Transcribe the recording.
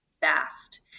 fast